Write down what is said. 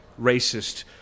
racist